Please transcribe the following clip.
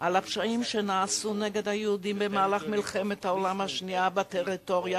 על הפשעים שנעשו נגד היהודים במהלך מלחמת העולם השנייה בטריטוריה